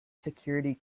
security